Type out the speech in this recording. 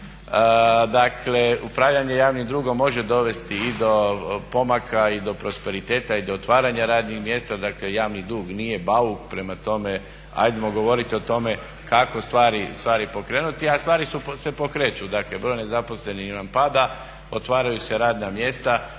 Dakle upravljanje javnim dugom može dovesti i do pomaka i do prosperiteta i do otvaranja radnih mjesta, dakle javni dug nije bauk. Prema tome ajmo govoriti o tome kako stvari pokrenuti. A stvari se pokreću, dakle broj nezaposlenih nam pada, otvaraju se radna mjesta.